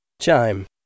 Chime